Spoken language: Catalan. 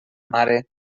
mare